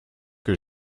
que